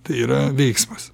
tai yra veiksmas